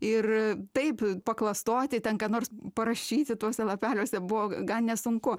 ir taip paklastoti tenka nors parašyti tuose lapeliuose buvo gan nesunku